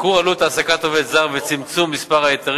ייקור עלות העסקת עובד זר וצמצום מספר ההיתרים